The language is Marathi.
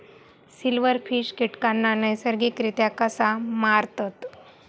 सिल्व्हरफिश कीटकांना नैसर्गिकरित्या कसा मारतत?